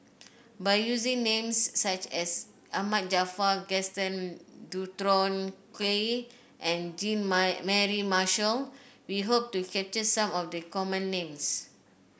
by using names such as Ahmad Jaafar Gaston Dutronquoy and Jean Mary Marshall we hope to capture some of the common names